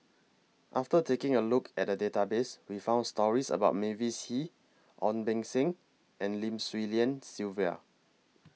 after taking A Look At The Database We found stories about Mavis Hee Ong Beng Seng and Lim Swee Lian Sylvia